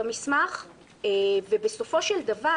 במסמך, ובסופו של דבר